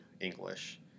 English